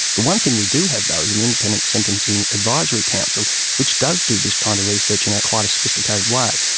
the one thing we do have though, is an independent sentencing and advisory council which does do this kind of research in a quite sophisticated way.